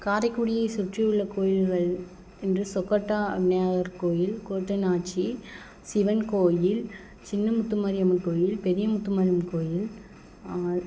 காரைக்குடியை சுற்றி உள்ள கோயில்கள் என்று சொக்கொட்டா விநாயகர் கோயில் கோட்டை நாச்சி சிவன் கோயில் சின்ன முத்துமாரியம்மன் கோயில் பெரிய முத்துமாரியம்மன் கோயில்